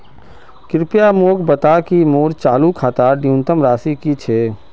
कृपया मोक बता कि मोर चालू खातार न्यूनतम राशि की छे